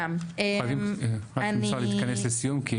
אנחנו חייבים, רק אם אפשר להתכנס לסיום.